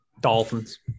Dolphins